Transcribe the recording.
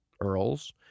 earls